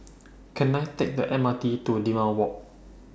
Can I Take The M R T to Limau Walk